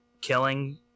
killing